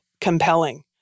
compelling